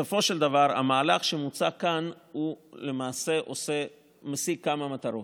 בסופו של דבר המהלך שמוצע כאן למעשה משיג כמה מטרות: